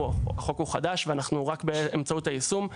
שהחוק הוא חדש ואנחנו רק באמצעות היישום.